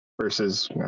versus